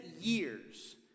years